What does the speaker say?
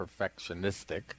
perfectionistic